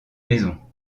maisons